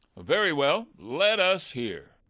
very well let us hear.